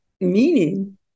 meaning